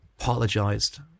apologised